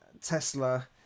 Tesla